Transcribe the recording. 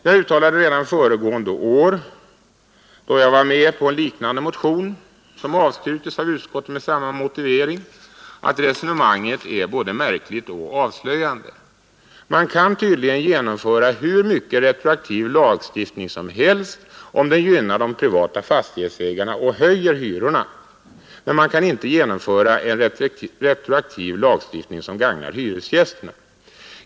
Jag uttalade redan föregående år då jag var med på en liknande motion, som avstyrktes av utskottet med samma motivering, att resonemanget är både märkligt och avslöjande. Man kan tydligen genomföra hur mycket retroaktiv lagstiftning som helst, om den gynnar de privata fastighetsägarna och höjer hyrorna, men man kan inte genomföra en retroaktiv lagstiftning som gagnar hyresgästerna.